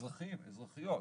אזרחים ואזרחיות,